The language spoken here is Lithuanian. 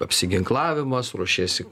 apsiginklavimas ruošiesi